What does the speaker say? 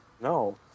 No